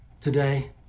today